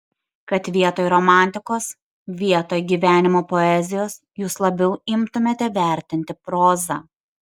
kad vietoj romantikos vietoj gyvenimo poezijos jūs labiau imtumėte vertinti prozą